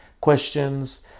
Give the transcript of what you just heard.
questions